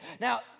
Now